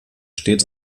stets